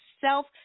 self